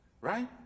right